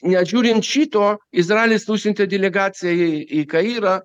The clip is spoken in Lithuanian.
nežiūrint šito izraelis nusiuntė delegaciją į kairą